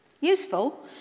Useful